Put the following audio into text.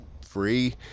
free